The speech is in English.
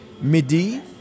Midi